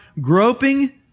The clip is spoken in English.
groping